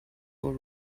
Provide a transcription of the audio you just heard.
will